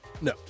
no